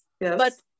yes